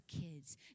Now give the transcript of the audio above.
kids